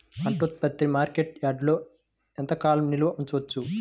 పంట ఉత్పత్తిని మార్కెట్ యార్డ్లలో ఎంతకాలం నిల్వ ఉంచవచ్చు?